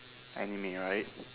anime right